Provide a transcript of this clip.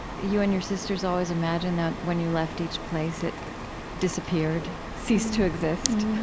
you and your sisters always imagined that, when you left each place, it disappeared, ceased to exist.